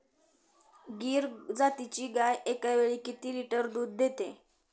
गीर जातीची गाय एकावेळी किती लिटर दूध देते?